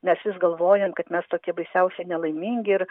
mes vis galvojam kad mes tokie baisiausiai nelaimingi ir